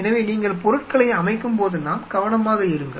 எனவே நீங்கள் பொருட்களை அமைக்கும் போதெல்லாம் கவனமாக இருங்கள்